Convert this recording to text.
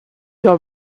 your